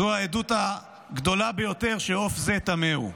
זו העדות הגדולה ביותר שעוף זה טמא הוא,